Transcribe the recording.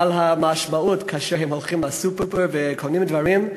על המשמעות של הדבר כאשר הם הולכים לסופר וקונים דברים.